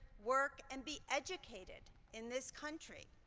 work, and be educated in this country.